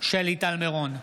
שלי טל מירון,